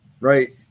Right